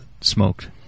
smoked